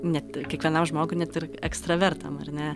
net kiekvienam žmogui net ir ekstravertam ar ne